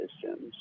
systems